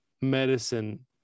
medicine